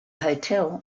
hotel